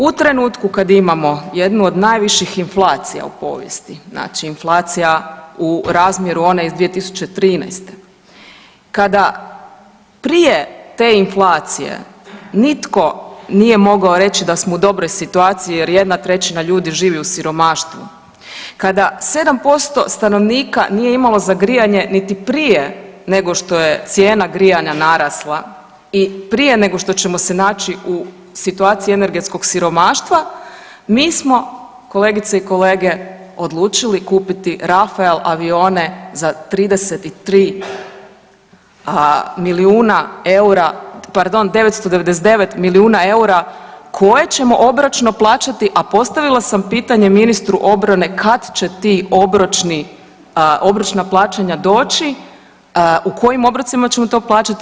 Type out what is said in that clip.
U trenutku kada imamo jednu od najviših inflacija u povijesti, znači inflacija u razmjeru one iz 2013., kada prije te inflacije nitko nije mogao reći da smo u dobroj situaciji jer 1/3 ljudi živi u siromaštvu, kada 7% stanovnika nije imalo za grijanje niti prije nego što je cijena grijanja narasla i prije nego što ćemo se naći u situaciji energetskog siromaštva mi smo kolegice i kolege odlučili kupiti Rafael avione za 33 milijuna eura, pardon 999 milijuna eura koje ćemo obročno plaćati, a postavila sam pitanje ministru obrane kada će ta obročna plaćanja doći, u kojim obrocima ćemo to plaćati.